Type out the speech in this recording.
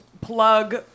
plug